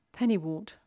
Pennywort